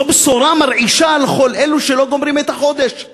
זו בשורה מרעישה לכל אלו שלא גומרים את החודש.